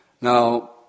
Now